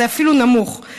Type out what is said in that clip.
זה אפילו נמוך.